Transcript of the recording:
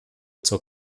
zur